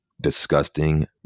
disgusting